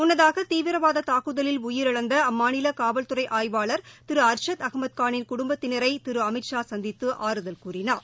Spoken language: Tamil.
முன்னதாக தீவிரவாத தூக்குதலில் உயிரிழந்த அம்மாநில காவல் துறை ஆய்வாளர் திரு அர்ஷத் அகமது கானின் குடும்பத்தினரை திரு அமித் ஷா சந்தித்து ஆறுதல் கூறினார்